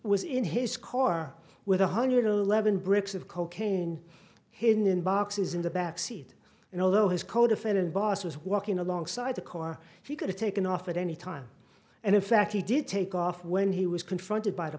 was in his car with one hundred eleven bricks of cocaine hidden in boxes in the back seat and although his codefendant boss was walking alongside the car he could have taken off at any time and in fact he did take off when he was confronted by the